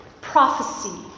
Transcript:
Prophecy